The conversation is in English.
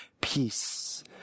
peace